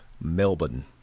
Melbourne